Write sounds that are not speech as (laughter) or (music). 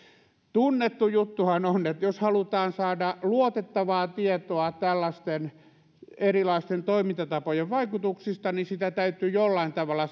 tunnettu juttuhan on että jos halutaan saada luotettavaa tietoa tällaisten erilaisten toimintatapojen vaikutuksista niin sitä täytyy satunnaistaa jollain tavalla (unintelligible)